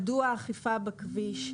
מדוע אכיפה בכביש?